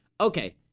Okay